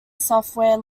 software